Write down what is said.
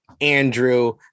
Andrew